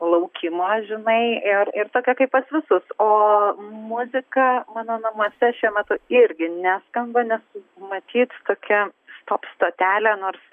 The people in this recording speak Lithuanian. laukimo žinai ir ir tokia kaip pas visus o muzika mano namuose matai irgi neskamba nes matyt tokia stop stotelė nors